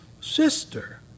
sister